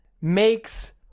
makes